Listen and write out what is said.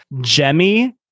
Jemmy